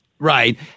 Right